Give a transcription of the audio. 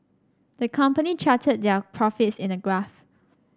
the company charted their profits in a graph